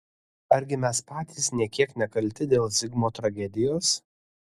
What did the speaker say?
argi mes patys nė kiek nekalti dėl zigmo tragedijos